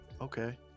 okay